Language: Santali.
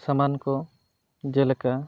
ᱥᱟᱢᱟᱱ ᱠᱚ ᱡᱮᱞᱮᱠᱟ